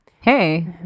Hey